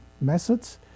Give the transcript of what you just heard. methods